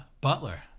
butler